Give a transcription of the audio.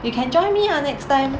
you can join me ah next time